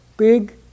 Big